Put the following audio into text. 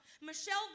Michelle